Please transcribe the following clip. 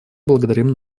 благодарим